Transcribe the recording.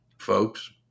Folks